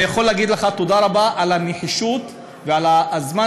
אני יכול להגיד לך תודה רבה על הנחישות ועל הזמן,